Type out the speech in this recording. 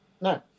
No